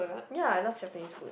ya I love Japanese food